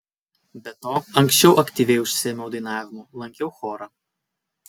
be to anksčiau aktyviai užsiėmiau dainavimu lankiau chorą